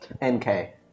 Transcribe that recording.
N-K